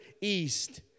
East